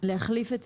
להחליף את